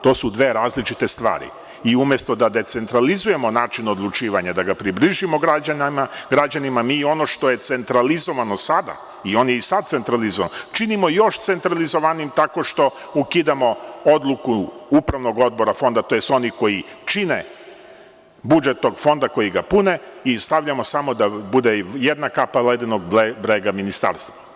To su dve različite stvari i umesto da decentralizujemo način odlučivanja, da ga približimo građanima, mi ono što je centralizovano sada, i on je i sada centralizovan, činimo još centralizovanijim tako što ukidamo odluku upravnog odbora Fonda tj. oni koji čine budžet tog Fonda, koji ga pune i stavljamo samo da bude jedna kap ledenog brega Ministarstva.